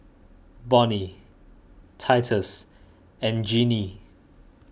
Bonny Titus and Jeannie